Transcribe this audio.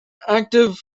active